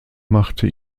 machte